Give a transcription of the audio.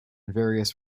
various